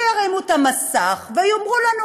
שירימו את המסך ויאמרו לנו,